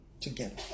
together